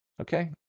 Okay